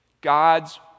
God's